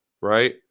right